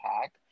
pack